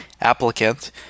applicant